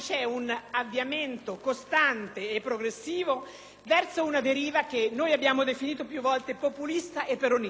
c'è un avviamento costante e progressivo verso una deriva che noi abbiamo definito più volte populista e peronista, sotto la spinta di forze che sono nichiliste e quantomeno qualunquiste che,